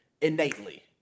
innately